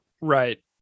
Right